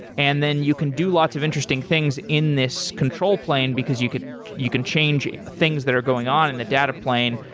and then you can do lots of interesting things in this control plane, because you can you can change things that are going on in the data plane,